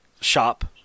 shop